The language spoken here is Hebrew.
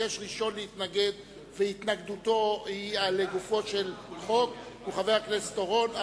שביקש ראשון להתנגד והתנגדותו היא לגופו של חוק הוא חבר הכנסת אורון,